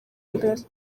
imbere